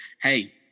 hey